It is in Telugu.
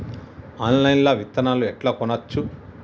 ఆన్లైన్ లా విత్తనాలను ఎట్లా కొనచ్చు?